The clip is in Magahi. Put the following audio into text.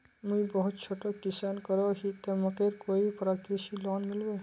मुई बहुत छोटो किसान करोही ते मकईर कोई कृषि लोन मिलबे?